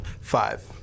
Five